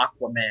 Aquaman